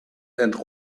and